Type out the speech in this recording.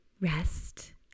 rest